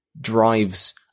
drives